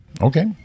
Okay